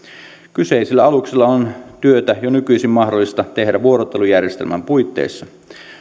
kyseisillä aluksilla on työtä jo nykyisin mahdollista tehdä vuorottelujärjestelmän puitteissa